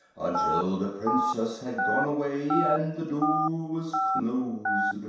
until the princess had gone away and the door was closed.